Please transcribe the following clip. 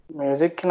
music